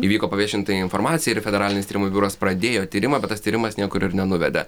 įvyko paviešinta informacija ir federalinis tyrimų biuras pradėjo tyrimą bet tas tyrimas niekur ir nenuvedė